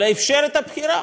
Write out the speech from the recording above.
אלא אפשר את הבחירה,